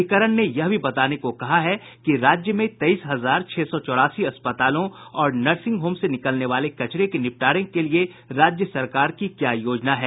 अधिकरण ने यह भी बताने को कहा है कि राज्य में तेईस हजार छह सौ चौरासी अस्पतालों और नर्सिंग होम से निकलने वाले कचरे से निपटने को लेकर राज्य सरकार की क्या योजना है